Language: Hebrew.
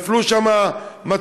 נפלו שם מטעים,